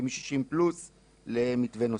ומ-60 פלוס למתווה נוסף,